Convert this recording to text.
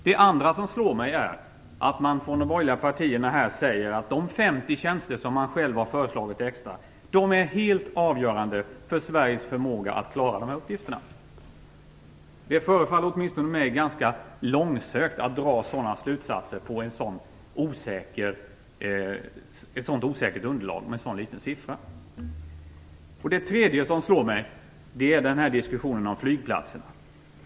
Den andra som slår mig är att man från de borgerliga partierna säger att de 50 tjänster som man själv har föreslagit extra är helt avgörande för Sveriges förmåga att klara de här uppgifterna. Det förefaller åtminstone mig ganska långsökt att dra sådana slutsatser på ett så osäkert underlag. Den tredje som slår mig är diskussionen om flygplatserna.